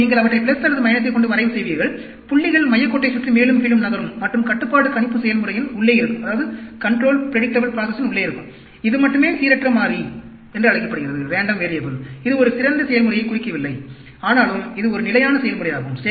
எனவே நீங்கள் அவற்றை அல்லது - யைக் கொண்டு வரைவு செய்வீர்கள் புள்ளிகள் மையக் கோட்டைச் சுற்றி மேலும் கீழும் நகரும் மற்றும் கட்டுப்பாட்டு கணிப்பு செயல்முறையின் உள்ளே இருக்கும் இது மட்டுமே சீரற்ற மாறி என்று அழைக்கப்படுகிறது இது ஒரு சிறந்த செயல்முறையைக் குறிக்கவில்லை ஆனாலும் இது ஒரு நிலையான செயல்முறையாகும்